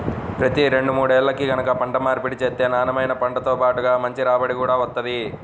ప్రతి రెండు మూడేల్లకి గనక పంట మార్పిడి చేత్తే నాన్నెమైన పంటతో బాటుగా మంచి రాబడి గూడా వత్తది